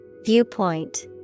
Viewpoint